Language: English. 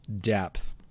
depth